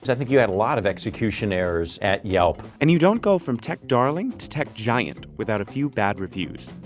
i think you had a lot of execution errors at yelp. and you don't go from tech darling to tech giant without a few bad reviews.